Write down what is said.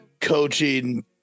coaching